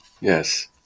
Yes